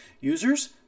users